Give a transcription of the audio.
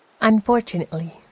Unfortunately